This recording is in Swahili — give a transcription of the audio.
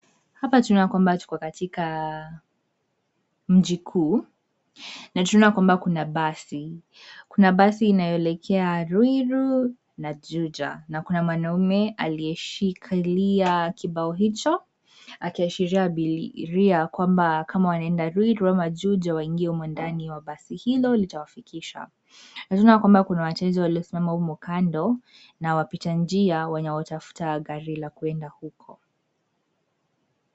Hapa tunaona kwamba tuko katika mji kuu. Na tunaona kwamba kuna basi, kuna basi inaelekea ruiru na juja, na kuna mwanaume alieshikilia kibao hicho akiashiria abiria kwamba kama wanaenda ruiru ama juja waingie humo ndani wa basi hilo litawafikisha. Tunaona kwamba kuna wateja walisimama humo kando na wapita njia wanaotafuta gari la kuenda huko.